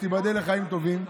תיבדל לחיים טובים.